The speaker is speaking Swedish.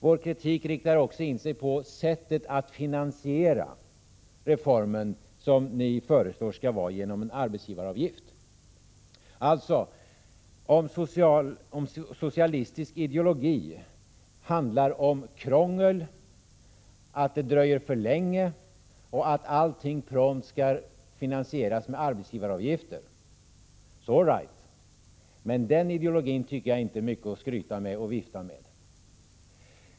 Vår kritik riktar sig mot sättet att finansiera reformen — det skall enligt förslaget ske genom en arbetsgivaravgift. Om socialistisk ideologi handlar om krångel, om att förslagen dröjer för länge och att allting prompt skall finansieras med arbetsgivaravgifter, så är den ideologin inte mycket att skryta med.